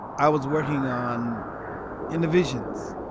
i was working on innervisions.